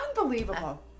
Unbelievable